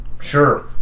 sure